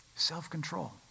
self-control